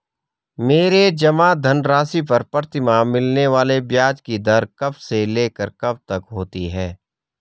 मेरे जमा धन राशि पर प्रतिमाह मिलने वाले ब्याज की दर कब से लेकर कब तक होती है?